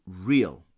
real